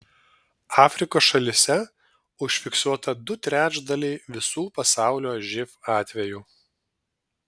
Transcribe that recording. afrikos šalyse užfiksuota du trečdaliai visų pasaulio živ atvejų